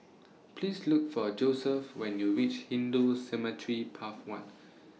Please Look For Josephus when YOU REACH Hindu Cemetery Path one